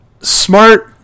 Smart